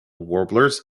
warblers